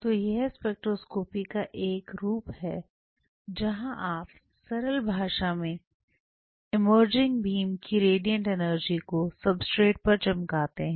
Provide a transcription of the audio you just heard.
तो यह स्पेक्ट्रोस्कोपी का एक रूप है जहां आप सरल भाषा में इमर्जिंग बीम की रेडियंट एनर्जी को सब्सट्रेट पर चमकाते हैं